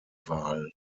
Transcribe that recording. wahl